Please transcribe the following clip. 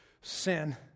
sin